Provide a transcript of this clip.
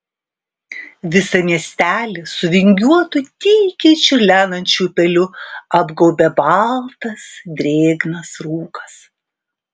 visą miesteli su vingiuotu tykiai čiurlenančiu upeliu apgaubė baltas drėgnas rūkas